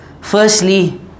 Firstly